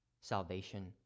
salvation